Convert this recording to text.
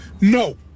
No